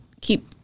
keep